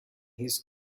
his